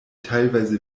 teilweise